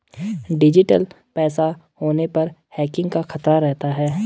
digital पैसा होने पर हैकिंग का खतरा रहता है